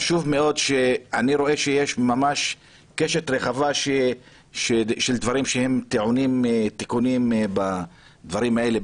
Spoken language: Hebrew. אני רואה שיש ממש קשת רחבה של דברים שטעונים תיקונים בדברים האלה,